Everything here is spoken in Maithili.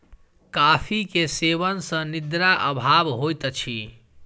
कॉफ़ी के सेवन सॅ निद्रा अभाव होइत अछि